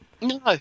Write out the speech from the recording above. no